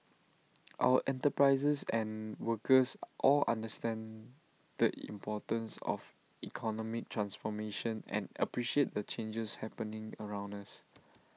our enterprises and workers all understand the importance of economic transformation and appreciate the changes happening around us